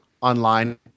online